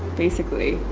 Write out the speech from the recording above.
basically.